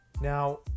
now